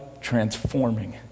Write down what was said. transforming